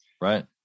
Right